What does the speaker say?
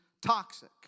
toxic